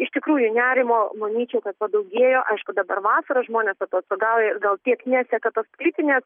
iš tikrųjų nerimo manyčiau kad padaugėjo aišku dabar vasarą žmonės atostogauja ir gal tiek neseka tos kritinės